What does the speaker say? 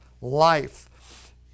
life